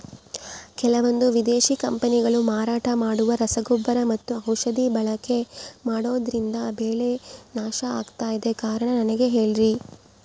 ಕೆಲವಂದು ವಿದೇಶಿ ಕಂಪನಿಗಳು ಮಾರಾಟ ಮಾಡುವ ರಸಗೊಬ್ಬರ ಮತ್ತು ಔಷಧಿ ಬಳಕೆ ಮಾಡೋದ್ರಿಂದ ಬೆಳೆ ನಾಶ ಆಗ್ತಾಇದೆ? ಕಾರಣ ನನಗೆ ಹೇಳ್ರಿ?